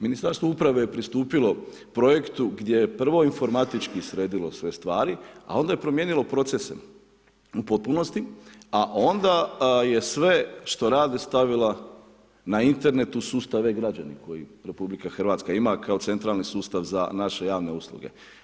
Ministarstvo uprave je pristupilo projektu gdje je prvo informatički sredilo sve stvari a onda je promijenilo procese u potpunosti a onda je sve što rade stavila na internetu u sustavu E-građanin koji RH ima kao centralni sustav za naše javne usluge.